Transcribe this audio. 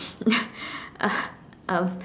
uh um